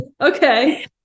Okay